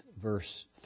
verse